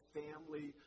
family